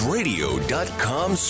Radio.com